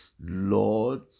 lord